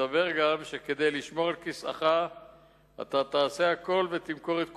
הסתבר גם שכדי לשמור על כיסאך אתה תעשה הכול ותמכור את כולנו.